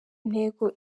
intego